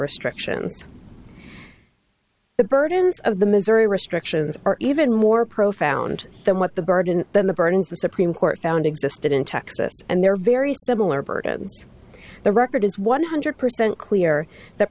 restrictions the burdens of the missouri restrictions are even more profound than what the burden than the burdens the supreme court found existed in texas and they're very similar burdens the record is one hundred percent clear that